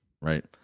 right